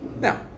Now